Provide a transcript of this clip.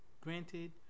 granted